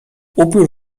upiór